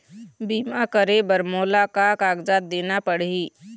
बीमा करे बर मोला का कागजात देना पड़ही?